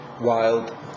Wild